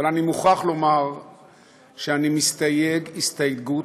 אבל אני מוכרח לומר שאני מסתייג הסתייגות